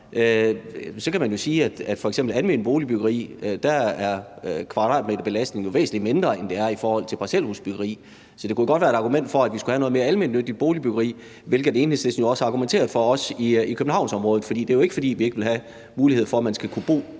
alment boligbyggeri er væsentlig mindre, end den er i forhold til parcelhusbyggeri – så det kunne jo godt være et argument for, at vi skulle have noget mere almennyttigt boligbyggeri, hvilket Enhedslisten jo også argumenterer for, også i Københavnsområdet. Det er jo ikke, fordi vi ikke vil have, at man skal have